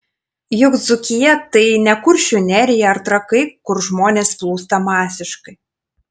juk dzūkija tai ne kuršių nerija ar trakai kur žmonės plūsta masiškai